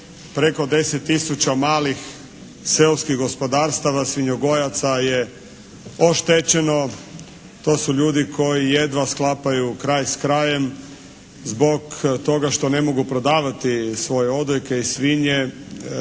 deset tisuća malih seoskih gospodarstava svinjogojaca je oštećeno. To su ljudi koji jedva sklapaju kraj s krajem zbog toga što ne mogu prodavati svoje odojke i svinje